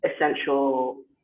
essential